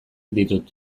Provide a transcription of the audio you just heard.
ditut